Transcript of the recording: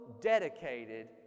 dedicated